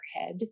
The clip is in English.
head